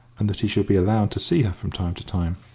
and that he should be allowed to see her from time to time.